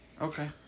Okay